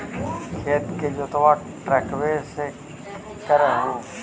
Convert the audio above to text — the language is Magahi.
खेत के जोतबा ट्रकटर्बे से कर हू की?